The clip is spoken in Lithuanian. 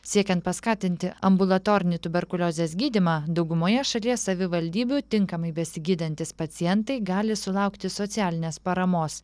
siekiant paskatinti ambulatorinį tuberkuliozės gydymą daugumoje šalies savivaldybių tinkamai besigydantys pacientai gali sulaukti socialinės paramos